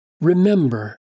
remember